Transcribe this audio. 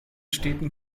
städten